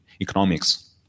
economics